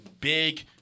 big